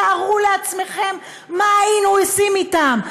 תארו לעצמכם מה היינו עושים אתם,